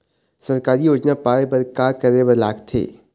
सरकारी योजना पाए बर का करे बर लागथे?